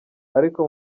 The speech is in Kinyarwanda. ariko